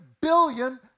billion